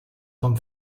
vom